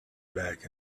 back